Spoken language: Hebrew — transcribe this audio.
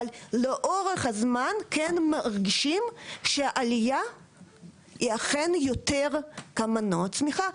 לאורך הזמן כן מרגישים שהעלייה היא אכן יותר כמנוע צמיחה.